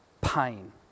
pain